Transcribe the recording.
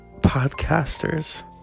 Podcasters